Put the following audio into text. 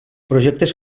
projectes